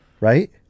right